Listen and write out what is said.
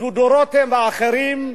דודו רותם ואחרים,